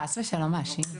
חס ושלום מאשים.